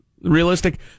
realistic